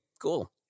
cool